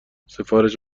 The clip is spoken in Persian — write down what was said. سفارش